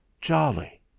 jolly